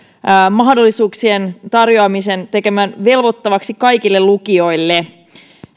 mahdollisuuksien tarjoamisen tekeminen velvoittavaksi kaikille lukioille